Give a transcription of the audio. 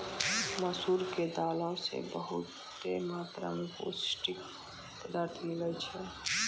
मसूर के दालो से बहुते मात्रा मे पौष्टिक पदार्थ मिलै छै